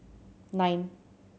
nine